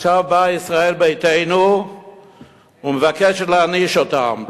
עכשיו באה ישראל ביתנו ומבקשת להעניש אותם,